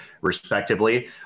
respectively